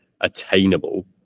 attainable